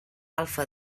alfa